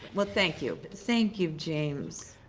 well, thank you. but thank you, james.